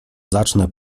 zacznę